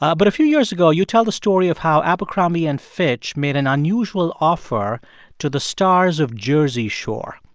um but a few years ago, you tell the story of how abercrombie and fitch made an unusual offer to the stars of jersey shore.